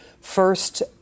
First